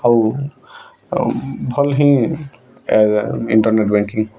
ହଉ ଭଲ୍ ହିଁ ଇଣ୍ଟର୍ନେଟ୍ ବେଙ୍କ୍କିଙ୍ଗ୍